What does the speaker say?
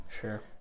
Sure